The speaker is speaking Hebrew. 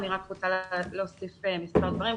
אני רק רוצה להוסיף מספר דברים.